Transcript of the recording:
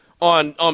on